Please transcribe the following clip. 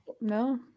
no